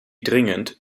dringend